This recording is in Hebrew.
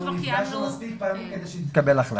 נפגשנו כבר מספיק פעמים כדי שתתקבל החלטה.